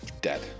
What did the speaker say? dead